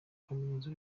kaminuza